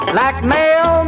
Blackmail